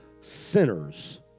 sinners